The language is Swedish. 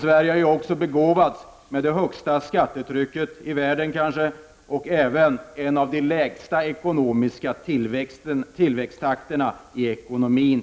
Sverige har också begåvats med det kanske högsta skattetrycket i världen och är dessutom bland de länder som har den lägsta ekonomiska tillväxttakten i världen.